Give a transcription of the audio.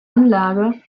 anlage